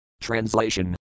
Translation